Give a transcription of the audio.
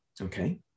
Okay